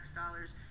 dollars